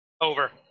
over